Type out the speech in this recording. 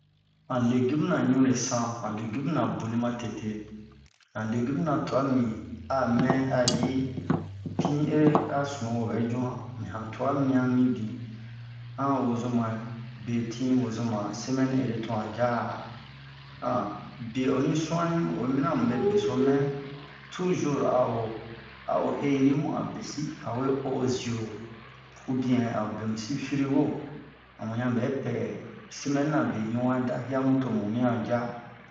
han legume-na ɲure san han legume-na boni ma tete han legume-na tua mi bi amɛ a ji pin ere a sunu wo bɛ ju han mɛ han tua mia mi bin han'a wozoma betin wozoma semaine ere to han ja'a bie oni suani mu oyi mina amu be beso mɛ toujours a'o a'o heri mu a besin awe o ho zio ou bien a'o bemusi frigo amu han bɛ pɛ samaine-na beɲu wa da yamu tomu mian ja